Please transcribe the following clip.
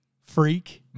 freak